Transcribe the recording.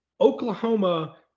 Oklahoma